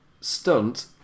Stunt